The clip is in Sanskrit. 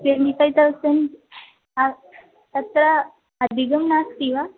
ट्वेण्टि फ़ैव् तौसण्ड् तत् अधिकं नास्ति वा